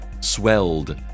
swelled